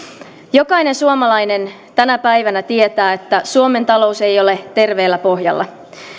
jokainen suomalainen tänä päivänä tietää että suomen talous ei ole terveellä pohjalla